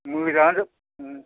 मोजाङानोजोब